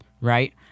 right